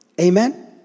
Amen